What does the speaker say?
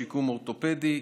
שיקום אורתופדי,